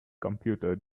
computer